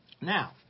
Now